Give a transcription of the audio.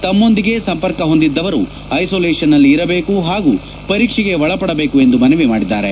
ತಮ್ಮೊಂದಿಗೆ ಸಂಪರ್ಕ ಹೊಂದಿದ್ದವರು ಐಸೊಲೇಷನ್ನಲ್ಲಿ ಇರಬೇಕು ಹಾಗೂ ಪರೀಕ್ಷೆಗೆ ಒಳಪಡಬೇಕು ಎಂದು ಮನವಿ ಮಾಡಿದ್ದಾರೆ